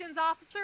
officer